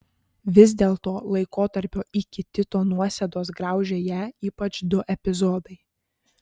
vis dėlto laikotarpio iki tito nuosėdos graužė ją ypač du epizodai